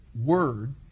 word